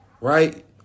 right